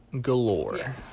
galore